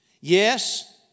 Yes